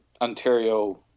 Ontario